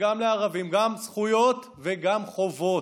וגם לערבים, גם זכויות וגם חובות,